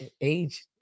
age